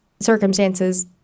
circumstances